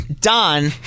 Don